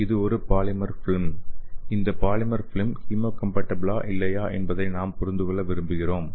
இது ஒரு polymer film இந்த பாலிமர் ஃபில்ம் ஹீமோகம்பாட்டிபிலா இல்லையா என்பதை நாம் புரிந்து கொள்ள விரும்புகிறோம்